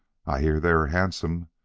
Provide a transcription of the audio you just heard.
i hear they are handsome,